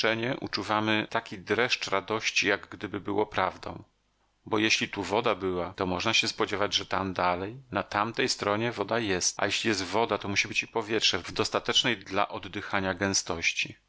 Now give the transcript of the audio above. przypuszczenie uczuwamy taki dreszcz radości jak gdyby było prawdą bo jeśli tu woda była to można się spodziewać że tam dalej na tamtej stronie woda jest a jeśli jest woda to musi być i powietrze w dostatecznej dla oddychania gęstości